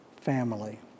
family